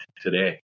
today